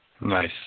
Nice